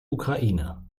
ukraine